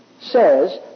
says